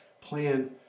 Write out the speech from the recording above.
plan